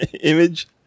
image